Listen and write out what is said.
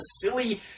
silly